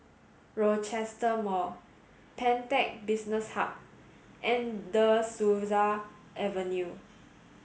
Rochester Mall Pantech Business Hub and De Souza Avenue